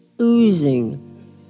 oozing